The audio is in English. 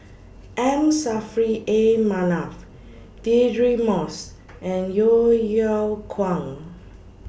M Saffri A Manaf Deirdre Moss and Yeo Yeow Kwang